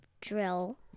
drill